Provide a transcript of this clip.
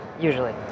Usually